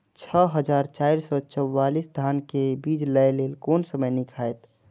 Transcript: छः हजार चार सौ चव्वालीस धान के बीज लय कोन समय निक हायत?